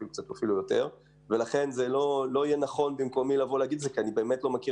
זה לא יהיה נכון להגיד את זה כי אני לא מכיר